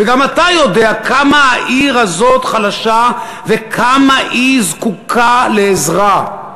וגם אתה יודע כמה העיר הזאת חלשה וכמה היא זקוקה לעזרה.